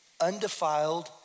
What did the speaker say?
undefiled